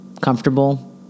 comfortable